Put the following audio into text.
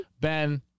Ben